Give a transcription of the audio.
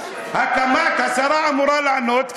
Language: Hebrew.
השרה אמורה לענות ככה: